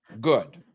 good